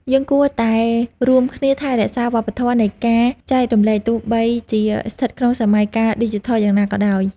យើងគួរតែរួមគ្នាថែរក្សាវប្បធម៌នៃការចែករំលែកទោះបីជាស្ថិតក្នុងសម័យកាលឌីជីថលយ៉ាងណាក៏ដោយ។